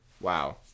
Wow